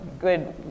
good